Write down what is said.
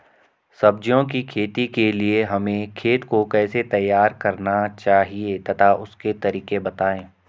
सब्जियों की खेती करने के लिए हमें खेत को कैसे तैयार करना चाहिए तथा उसके तरीके बताएं?